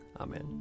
Amen